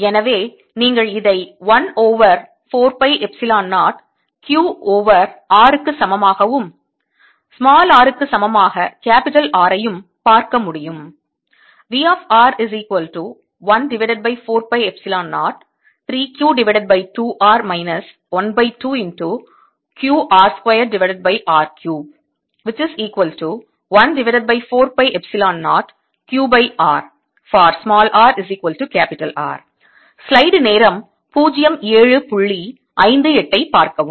எனவே நீங்கள் இதை 1 over 4 pi epsilon 0 Q over R க்கு சமமாகவும் r க்கு சமமாக R ஐயும் பார்க்க முடியும்